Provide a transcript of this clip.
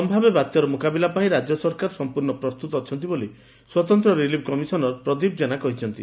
ସମ୍ଭାବ୍ୟ ବାତ୍ୟାର ମୁକାବିଲା ପାଇଁ ରାଜ୍ୟ ସରକାର ସମ୍ମର୍ ଅଛନ୍ତି ବୋଲି ସ୍ୱତନ୍ତ ରିଲିଫ କମିସନର ପ୍ରଦୀପ ଜେନା କହିଛନ୍ତି